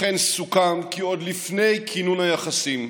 לכן סוכם כי עוד לפני כינון היחסים,